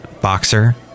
boxer